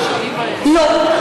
לא.